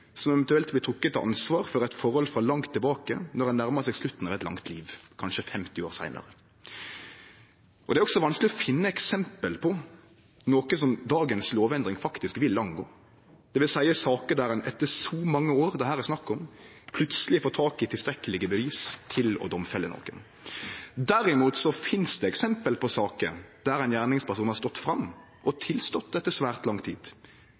som eventuelt blir trekt til ansvar for eit forhold frå langt tilbake når han eller ho nærmar seg slutten av eit langt liv, kanskje 50 år seinare. Det er også vanskeleg å finne eksempel på noko som dagens lovendring faktisk vil angå, dvs. saker der ein etter så mange år som det her er snakk om, plutseleg får tak i tilstrekkelege bevis til å domfelle nokon. Derimot finst det eksempel på saker der ein gjerningsperson har stått fram og tilstått etter svært lang tid,